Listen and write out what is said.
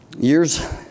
Years